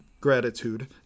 Gratitude